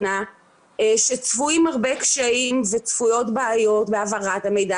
נתונים שוטף והצבעה על מגמות חדשות.